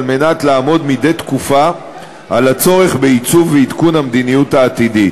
על מנת לעמוד מדי תקופה על הצורך בעיצוב ובעדכון המדיניות העתידית.